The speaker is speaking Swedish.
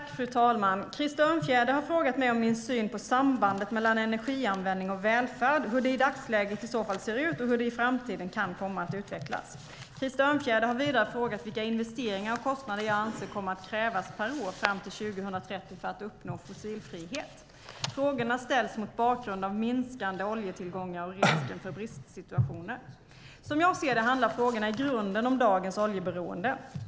Fru talman! Krister Örnfjäder har frågat mig om min syn på sambandet mellan energianvändning och välfärd, hur det i dagsläget i så fall ser ut och hur det i framtiden kan komma att utvecklas. Krister Örnfjäder har vidare frågat vilka investeringar och kostnader som jag anser kommer att krävas per år fram till 2030 för att uppnå fossilfrihet. Frågorna ställs mot bakgrund av minskande oljetillgångar och risken för bristsituationer. Som jag ser det handlar frågorna i grunden om dagens oljeberoende.